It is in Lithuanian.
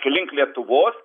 link lietuvos